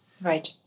right